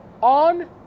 On